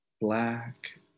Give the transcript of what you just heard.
black